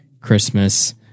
christmas